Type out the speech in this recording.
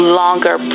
longer